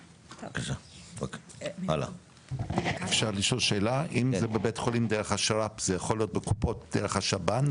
אם זה בבית חולים דרך השר"פ זה יכול להיות בקופות חולים דרך השב"ן?